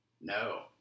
No